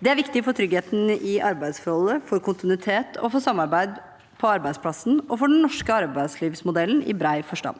Dette er viktig for tryggheten i arbeidsforhold, for kontinuitet og samarbeid på arbeidsplassen og for den norske arbeidslivsmodellen i bred forstand.